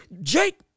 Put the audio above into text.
Jake